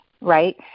right